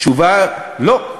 התשובה, לא.